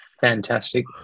fantastic